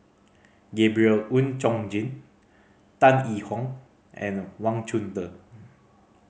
Gabriel Oon Chong Jin Tan Yee Hong and Wang Chunde